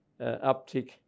uptick